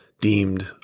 deemed